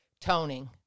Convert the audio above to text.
toning